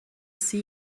see